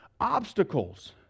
obstacles